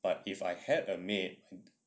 but if I had a maid